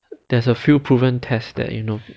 there's a few proven tests that you know